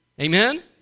Amen